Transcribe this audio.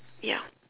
ya